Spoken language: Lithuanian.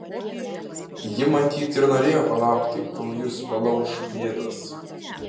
ji matyt ir norėjo palaukti kol jus palauš bėdos